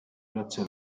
grazie